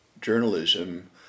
journalism